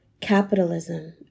Capitalism